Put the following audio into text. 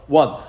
one